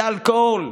לאלכוהול,